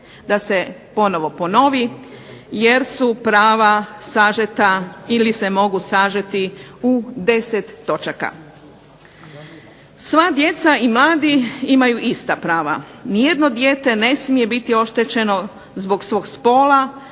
da se ponovno ponovi jer su prava sažeta ili se mogu sažeti u 10 točaka. Sva djeca i mladi imaju ista prava, ni jedno dijete ne smije biti oštećeno zbog svojeg spola,